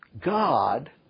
God